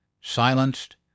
silenced